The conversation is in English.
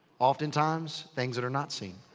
oftentimes, things that are not seen.